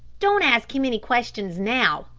don't ask him any questions now,